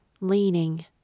leaning